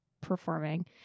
performing